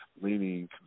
leaning